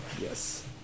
Yes